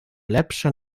lepsze